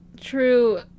true